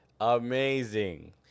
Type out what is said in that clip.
Amazing